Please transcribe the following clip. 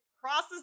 process